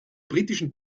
britischen